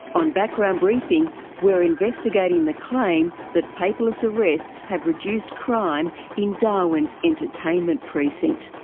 on background briefing we're investigating the claim that paperless arrests have reduced crime in darwin's entertainment precinct.